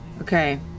Okay